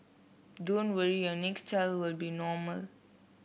don't worry your next child will be normal